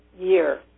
year